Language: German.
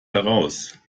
heraus